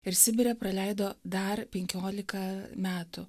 ir sibire praleido dar penkiolika metų